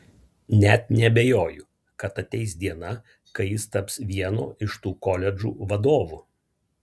net neabejoju kad ateis diena kai jis taps vieno iš tų koledžų vadovu